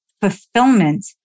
fulfillment